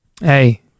hey